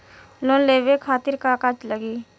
Loan लेवे खातीर का का लगी?